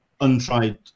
untried